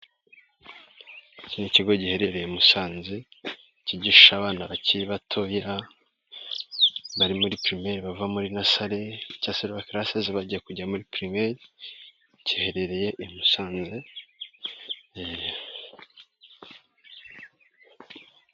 Iki ni ikigo giherereye Musanze, cyigisha abana bakiri batoya, bari muri pirimeri bava muri nasari, cyangwa se lowa karasizi bajya kujya muri pirimari, giheherereye i Musanze.